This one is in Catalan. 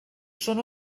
són